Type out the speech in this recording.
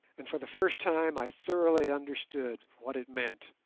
and for the first time i thoroughly understood what it meant.